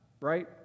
right